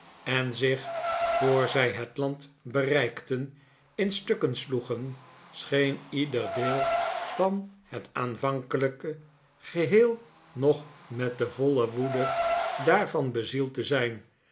en zich voor zij het land bereikten in stukken sloegen scheen ieder deel van het aanvankelijke geheel nog met de voile woede daarvan bezield te zijn